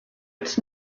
its